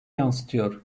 yansıtıyor